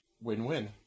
win-win